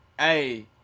Hey